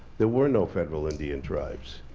there were no federal indian tribes.